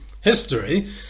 history